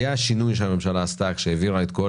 היה שיני שהממשלה עשתה כשהעבירה את כל